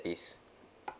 please